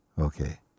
Okay